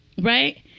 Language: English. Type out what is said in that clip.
right